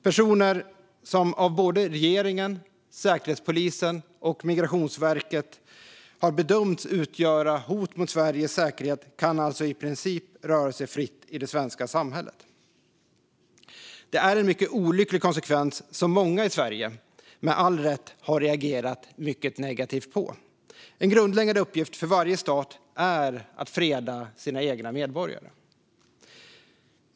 Personer som av både regeringen, Säkerhetspolisen och Migrationsverket har bedömts utgöra hot mot Sveriges säkerhet kan alltså i princip röra sig fritt i det svenska samhället. Detta är en mycket olycklig konsekvens som många i Sverige, med all rätt, har reagerat väldigt negativt på. En grundläggande uppgift för varje stat är att freda sina egna medborgare.